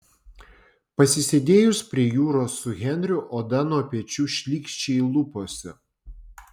pasisėdėjus prie jūros su henriu oda nuo pečių šlykščiai luposi